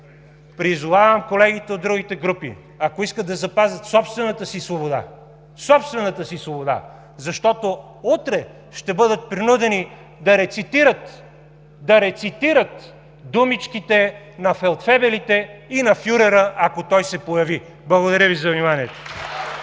Призовавам колегите от другите групи, ако искат да запазят собствената си свобода, собствената си свобода, защото утре ще бъдат принудени да рецитират, да рецитират думичките на фелдфебелите и на фюрера, ако той се появи! Благодаря Ви за вниманието.